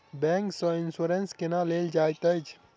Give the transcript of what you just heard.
bank सँ insurance केना लेल जाइत अछि